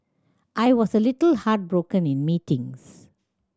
I was a little heartbroken in meetings